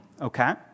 okay